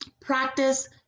Practice